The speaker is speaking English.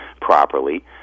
properly